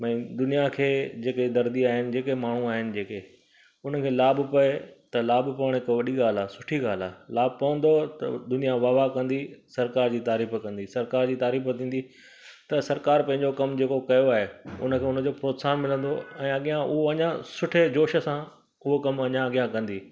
भाई दुनियां खे जेके दर्दी आहिनि जेके माण्हू आहिनि जेके उननि खे लाभ पए त लाभ पवण हिकु वॾी ॻाल्हि आहे सुठी ॻाल्हि आहे लाभ पवंदो त दुनियां वाह वाह कंदी सरकार जी तारीफ़ कंदी सरकार जी तारीफ़ थींदी त सरकार पंहिंजो कमु जेको कयो आहे उनखे उनजो प्रोत्साहन मिलंदो ऐं अॻियां उहो अञा सुठे जोश सां उहो कमु अञा अॻियां कंदी